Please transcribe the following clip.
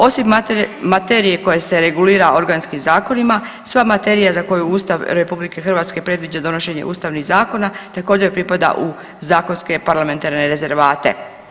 Osim materije koja se regulira organskim zakonima sva materija za koju Ustav RH predviđa donošenje ustavnih zakona također pripada u zakonske parlamentarne rezervate.